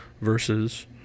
versus